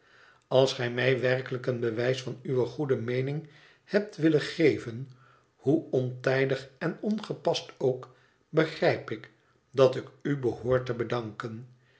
als gij mij werkelijk een bewijs van uwe goede meening hebt willen geven hoe ontijdig en ongepast ook begrijp ik dat ik u behoor te bedanken